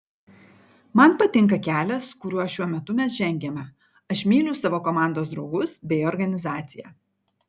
man patinka kelias kuriuo šiuo metu mes žengiame aš myliu savo komandos draugus bei organizaciją